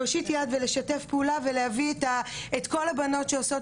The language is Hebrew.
להושיט יד ולשתף פעולה ולהביא את כל הבנות שעושות